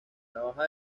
trabaja